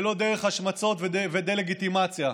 ולא דרך השמצות ודה-לגיטימציה.